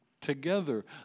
together